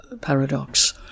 paradox